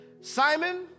Simon